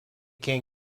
can